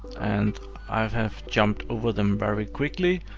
and i have have jumped over them very quickly,